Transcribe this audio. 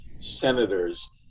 senators